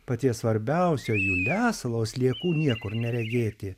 paties svarbiausio jų lesalo sliekų niekur neregėti